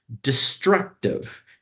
destructive